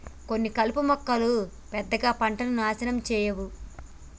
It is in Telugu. కొన్ని కలుపు మొక్కలు పెద్దగా పంటను నాశనం చేయవు